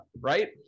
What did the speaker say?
right